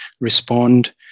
respond